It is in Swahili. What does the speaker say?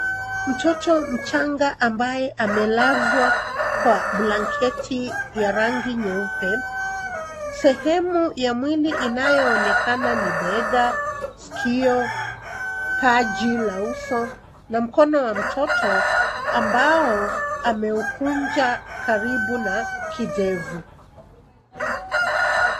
Mtoto mchanga ambaye amelazwa kwa blanketi ya rangi nyeupe. Sehemu ya mwili inayoonekana ni bega, sikio, paji la uso, na mkono wa mtoto, ambao ameukunja karibu na kidevu.